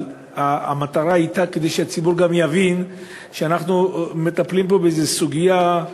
אבל המטרה הייתה שהציבור יבין שאנחנו מטפלים פה בסוגיה,